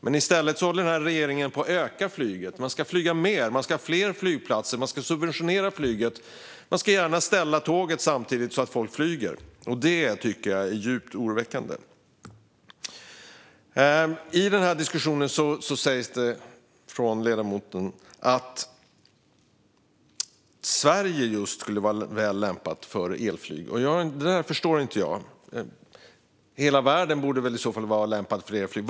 Men i stället håller den här regeringen på att öka flyget. Man ska flyga mer. Man ska ha fler flygplatser. Man ska subventionera flyget. Man ställer gärna tåget vid sidan, så att folk flyger. Det tycker jag är djupt oroväckande. I denna diskussion sägs det från ledamoten att just Sverige skulle vara väl lämpat för elflyg. Det förstår inte jag. Hela världen borde väl i så fall vara lämpad för elflyg.